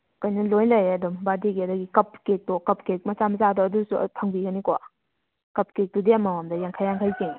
ꯀꯩꯅꯣ ꯂꯣꯏ ꯂꯩꯔꯦ ꯑꯗꯨꯝ ꯕꯥꯔꯠꯗꯦꯒꯤ ꯑꯗꯒꯤ ꯀꯞ ꯀꯦꯛꯇꯣ ꯀꯞ ꯀꯦꯛ ꯃꯆꯥ ꯃꯆꯥꯗꯣ ꯑꯗꯨꯁꯨ ꯐꯪꯕꯤꯒꯅꯤꯀꯣ ꯀꯞ ꯀꯦꯛ ꯇꯨꯗꯤ ꯑꯃ ꯃꯝꯗ ꯌꯥꯡꯈꯩ ꯌꯥꯡꯈꯩ ꯆꯤꯡꯉꯦ